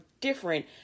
different